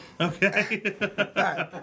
okay